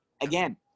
again